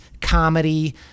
comedy